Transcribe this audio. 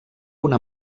una